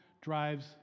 drives